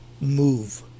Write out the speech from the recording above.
move